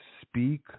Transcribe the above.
speak